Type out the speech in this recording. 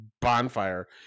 bonfire